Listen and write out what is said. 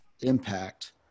impact